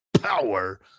power